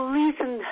listen